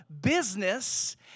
business